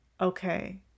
okay